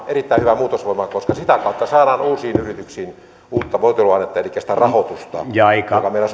erittäin hyvä muutosvoima koska sitä kautta saadaan uusiin yrityksiin uutta voiteluainetta elikkä sitä rahoitusta joka meillä